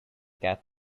cat